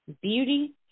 Beauty